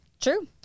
true